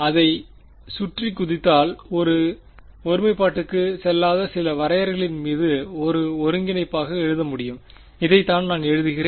அதைச் சுற்றி குதித்தால் இது ஒருமைப்பாட்டிற்குச் செல்லாத சில வரையறைகளின் மீது ஒரு ஒருங்கிணைப்பாக எழுத முடியும் இதைத்தான் நான் எழுதுகிறேன்